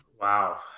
Wow